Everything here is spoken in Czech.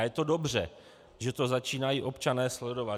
A je dobře, že to začínají občané sledovat.